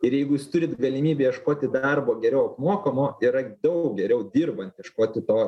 ir jeigu jūs turit galimybę ieškoti darbo geriau apmokamo yra daug geriau dirbant ieškoti to